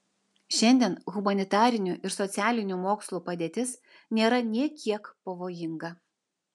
šiandien humanitarinių ir socialinių mokslų padėtis nėra nė kiek pavojinga